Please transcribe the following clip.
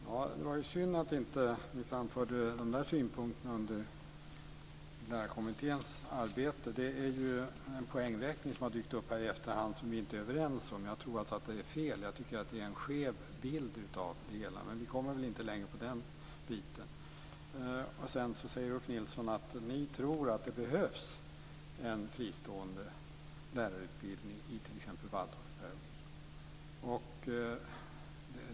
Fru talman! Det är synd att ni inte framförde de synpunkterna under Lärarutbildningskommitténs arbete. Den poängräkning som har dykt upp här i efterhand är vi inte överens om. Jag tror att det är fel. Det ger en skev bild. Vi kommer inte längre där. Ulf Nilsson säger att han tror att det behövs en fristående lärarutbildning i t.ex. Waldorfpedagogik.